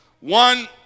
one